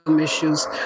issues